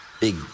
big